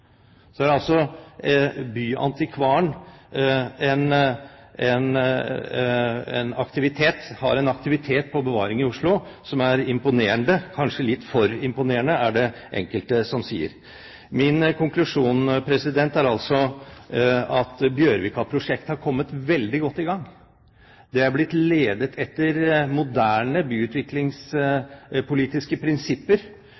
Oslo som er imponerende, kanskje litt for imponerende er det enkelte som sier. Min konklusjon er altså at Bjørvika-prosjektet har kommet veldig godt i gang. Det er blitt ledet etter moderne